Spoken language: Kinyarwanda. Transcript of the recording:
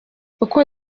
uko